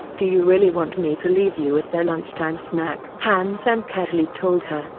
do you really want me to leave you as their lunchtime snack? han sen casually told her,